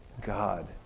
God